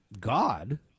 God